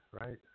right